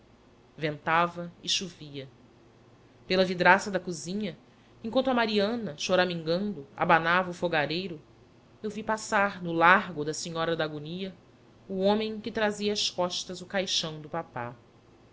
ventava e chovia pela vidraça da cozinha enquanto a mariana choramingando abanava o fogareiro eu vi passar no largo da senhora da agonia o homem que trazia às costas o caixão do papá